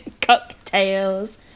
cocktails